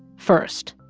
first,